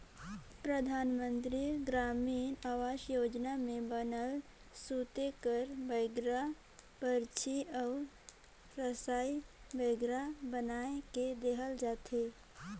परधानमंतरी गरामीन आवास योजना में बनल सूते कर बइंगरा, परछी अउ रसई बइंगरा बनाए के देहल जाथे